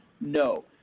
No